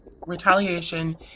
retaliation